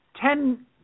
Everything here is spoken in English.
ten